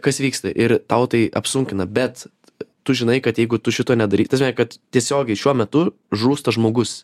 kas vyksta ir tau tai apsunkina bet tu žinai kad jeigu tu šito nedaryk ta prasme kad tiesiogiai šiuo metu žūsta žmogus